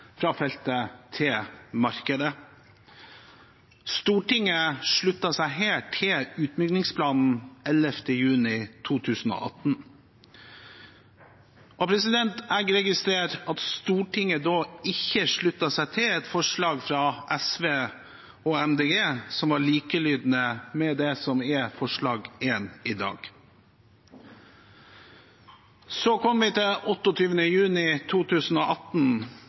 til markedet. Stortinget sluttet seg til utbyggingsplanen 11. juni 2018. Jeg registrerer at Stortinget da ikke sluttet seg til et forslag fra SV og MDG – likelydende med det som er forslag nr. 1 i dag. Så kom vi til 28. juni 2018.